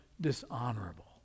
dishonorable